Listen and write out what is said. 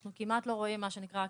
אנחנו כמעט לא רואים אקרדיטציה,